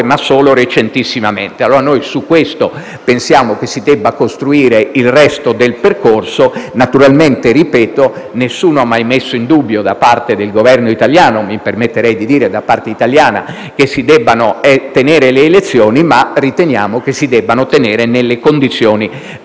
ma solo recentissimamente. Noi pensiamo che su questo si debba costruire il resto del percorso. Naturalmente, ripeto, nessuno ha mai messo in dubbio da parte del Governo italiano e, mi permetterei di dire, da parte italiana, che si debbano tenere le elezioni, ma riteniamo che si debbano tenere nelle condizioni